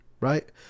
Right